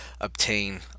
obtain